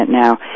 now